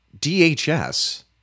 DHS